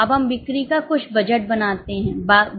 अब हम बिक्री का कुछ बजट बनाते हैं